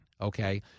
okay